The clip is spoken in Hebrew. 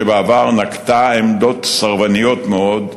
שבעבר נקטה עמדות סרבניות מאוד,